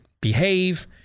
behave